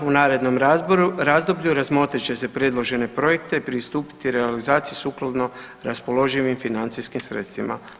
U narednom razdoblju razmotrit će se predložene projekte pristupiti realizaciji sukladno raspoloživim financijskim sredstvima.